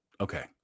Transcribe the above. okay